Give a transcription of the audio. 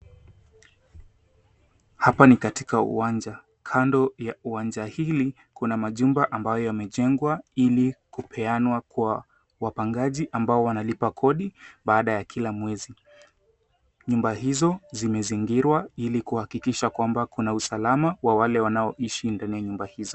Hapa ni katika uwanja. Kando na uwanja hili kuna majumba ambayo yamejengwa ili kupeanwa Kwa wapangaji ambao wanalipa kodi baada ya kila mwezi. Nyumba hizo zimezingirwa ili kuhakikisha kwamba kuna usalama kwa wale wanaoishi ndani ya nyumba hizo.